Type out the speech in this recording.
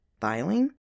filing